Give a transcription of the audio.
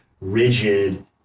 rigid